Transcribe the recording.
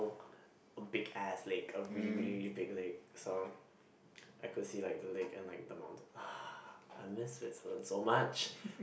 a big ass lake a really really really big lake so I could see like the lake and like the mountain !wah! I miss Switzerland so much